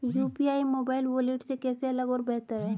UPI mobile wallet से कैसे अलग और बेहतर है?